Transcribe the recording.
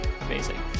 amazing